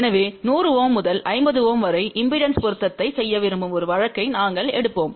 எனவே 100 Ω முதல் 50 Ω வரை இம்பெடன்ஸ் பொருத்தத்தை செய்ய விரும்பும் ஒரு வழக்கை நாங்கள் எடுப்போம்